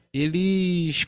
eles